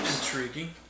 Intriguing